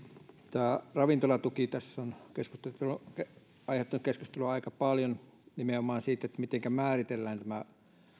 tämä ravintolatuki tässä on aiheuttanut keskustelua aika paljon nimenomaan siitä mitenkä määritellään tämä